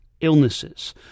illnesses